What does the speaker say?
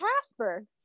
casper